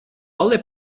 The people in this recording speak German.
alle